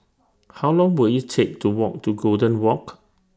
How Long Will IT Take to Walk to Golden Walk